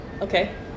Okay